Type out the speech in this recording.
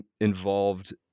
involved